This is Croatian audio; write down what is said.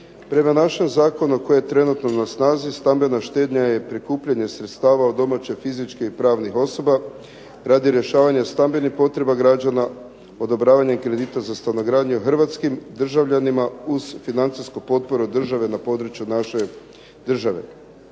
Prema našem zakonu koji je trenutno na snazi stambena štednja je prikupljanje sredstava od domaće fizičke i pravnih osoba radi rješavanja stambenih potreba građana, odobravanje kredita za stanogradnju hrvatskim državljanima uz financijsku potporu države na području naše države.